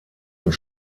und